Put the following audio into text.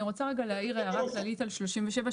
אני רוצה רגע להעיר הערה כללית על 37,